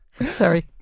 Sorry